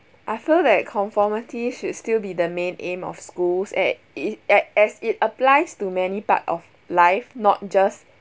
I feel that conformity should still be the main aim of schools at it at as it applies to many part of life not just